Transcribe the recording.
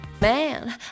Man